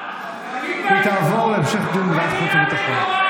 26) (שילוב תלמידי ישיבות),